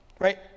right